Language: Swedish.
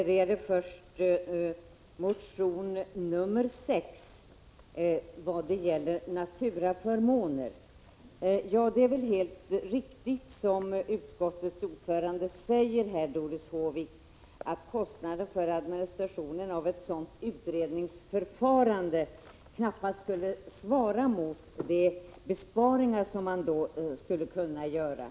Herr talman! När det gäller reservation 6 om naturaförmåner är det helt riktigt, som utskottets ordförande Doris Håvik säger, att kostnaden för administrationen av ett sådant utredningsförfarande knappast skulle svara mot de besparingar som skulle kunna göras.